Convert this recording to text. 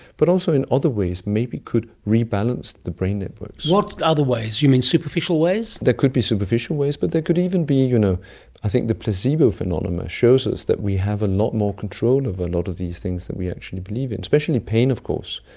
but also in other ways maybe could rebalance the brain networks. what other ways? you mean superficial ways? they could be superficial ways, but they could even be, you know i think, the placebo phenomenon shows us that we have a lot more control of a lot of these things than we actually believe in, especially pain of course.